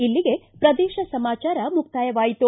ಇಲ್ಲಿಗೆ ಪ್ರದೇಶ ಸಮಾಚಾರ ಮುಕ್ತಾಯವಾಯಿತು